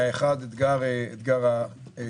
האחד אתגר הקורונה,